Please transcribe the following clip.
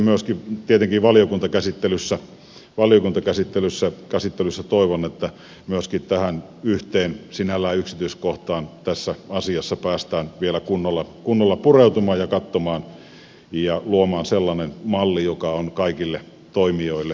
myöskin tietenkin valiokuntakäsittelyssä toivon että tähän yhteen sinällään yksityiskohtaan tässä asiassa päästään vielä kunnolla pureutumaan ja katsomaan ja luomaan sellainen malli joka on kaikille toimijoille hyvä